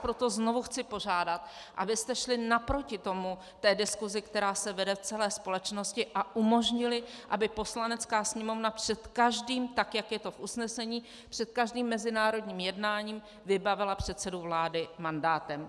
Proto vás znovu chci požádat, abyste šli naproti diskusi, která se vede v celé společnosti, a umožnili, aby Poslanecká sněmovna před každým, tak jak je to v usnesení, před každým mezinárodním jednáním vybavila předsedu vlády mandátem.